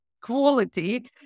quality